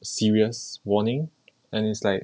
serious warning and it's like